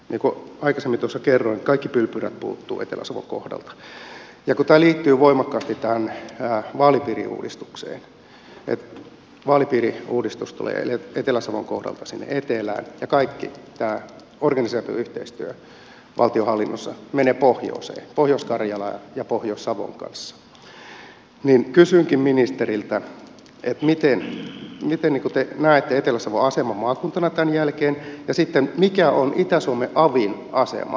niin kuin aikaisemmin tuossa kerroin kaikki pylpyrät puuttuvat etelä savon kohdalta ja kun tämä liittyy voimakkaasti tähän vaalipiiriuudistukseen että vaalipiiriuudistus tulee etelä savon kohdalta sinne etelään ja kaikki tämä organisaatioyhteistyö valtionhallinnossa menee pohjoiseen pohjois karjalan ja pohjois savon kanssa niin kysynkin ministeriltä miten te näette etelä savon aseman maakuntana tämän jälkeen ja mikä on itä suomen avin asema